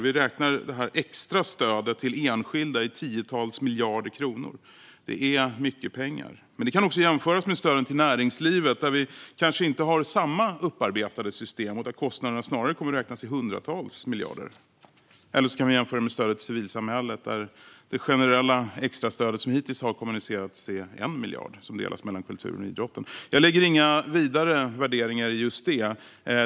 Vi räknar det extra stödet till enskilda i tiotals miljarder kronor. Det är mycket pengar, men det kan jämföras med stöden till näringslivet. Där har vi kanske inte samma upparbetade system. Kostnaderna för det kommer snarare att räknas i hundratals miljarder. Vi kan även jämföra det med stödet till civilsamhället. Det generella extra stöd som hittills har kommunicerats dit är 1 miljard, som delas mellan kulturen och idrotten. Jag lägger inga vidare värderingar i det.